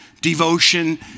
devotion